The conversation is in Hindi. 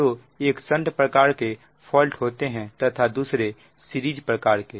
तो एक संट प्रकार के फॉल्ट होते हैं तथा दूसरे सीरीज प्रकार के